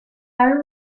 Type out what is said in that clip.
para